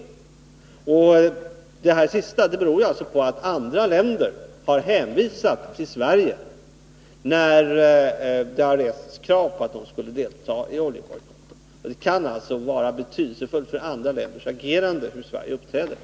Att jag frågar det här sista beror på att andra länder har hänvisat till Sverige när det har rests krav på att de skall delta i oljebojkotten. Det kan alltså vara betydelsefullt för andra länders agerande hur Sverige uppträder.